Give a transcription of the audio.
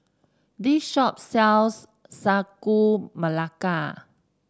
this shop sells Sagu Melaka